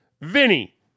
Vinny